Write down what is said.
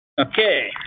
Okay